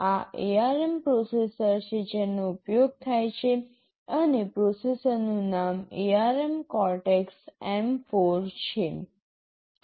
આ ARM processor છે જેનો ઉપયોગ થાય છે અને પ્રોસેસરનું નામ ARM Cortex M4 છે